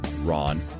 Ron